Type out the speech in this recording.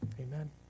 amen